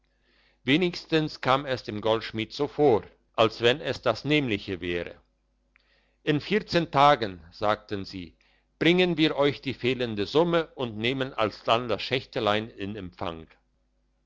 wenigstens kam es dem goldschmied so vor als wenn es das nämliche wäre in vierzehn tagen sagten sie bringen wir euch die fehlende summe und nehmen alsdann das schächtelein in empfang